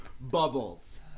Bubbles